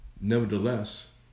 Nevertheless